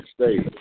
states